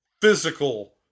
physical